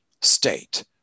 state